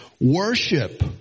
worship